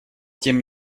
тем